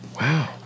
Wow